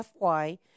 FY